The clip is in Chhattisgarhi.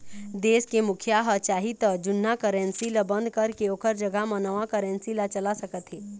देश के मुखिया ह चाही त जुन्ना करेंसी ल बंद करके ओखर जघा म नवा करेंसी ला चला सकत हे